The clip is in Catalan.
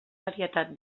varietat